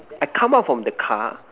I come out from the car